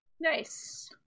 Nice